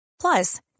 Plus